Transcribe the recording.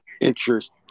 interest